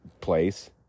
place